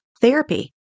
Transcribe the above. therapy